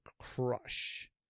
Crush